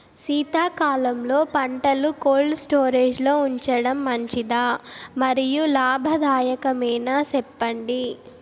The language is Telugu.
శీతాకాలంలో పంటలు కోల్డ్ స్టోరేజ్ లో ఉంచడం మంచిదా? మరియు లాభదాయకమేనా, సెప్పండి